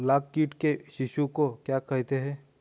लाख कीट के शिशु को क्या कहते हैं?